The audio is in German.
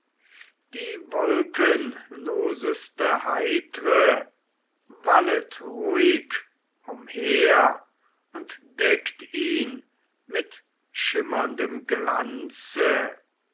die wolkenloseste heitre wallet ruhig umher und deckt ihn mit schimmerndem glanze